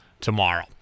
tomorrow